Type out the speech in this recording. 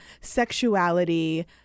sexuality